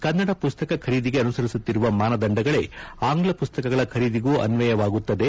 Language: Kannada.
ಕನ್ನಡ ಮಸ್ತಕ ಖರೀದಿಗೆ ಅನುಸರಿಸುತ್ತಿರುವ ಮಾನದಂಡಗಳೇ ಆಂಗ್ಲ ಪುಸ್ತಕಗಳ ಖರೀದಿಗೂ ಅನ್ವಯವಾಗುತ್ತದೆ